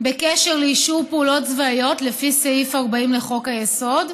בקשר לאישור פעולות צבאיות לפי סעיף 40 לחוק-היסוד,